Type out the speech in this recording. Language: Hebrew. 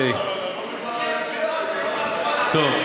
טוב,